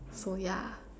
so yeah